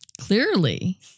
clearly